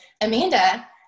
Amanda